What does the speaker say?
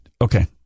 Okay